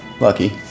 Lucky